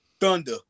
thunder